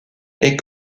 est